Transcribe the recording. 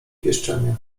pieszczenia